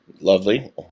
Lovely